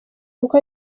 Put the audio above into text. kuko